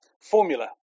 Formula